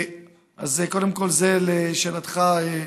קודם כול, זה לשאלתך,